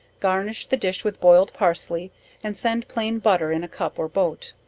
garnish the dish with boiled parsley and send plain butter in a cup or boat.